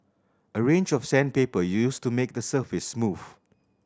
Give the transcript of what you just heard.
a range of sandpaper used to make the surface smooth